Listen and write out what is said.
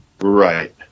right